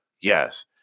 yes